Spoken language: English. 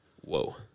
Whoa